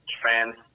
trends